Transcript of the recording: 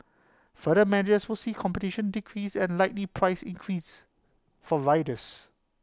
further mergers will see competition decrease and likely price increases for riders